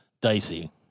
dicey